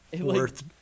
worth